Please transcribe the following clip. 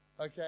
Okay